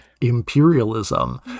imperialism